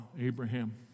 Abraham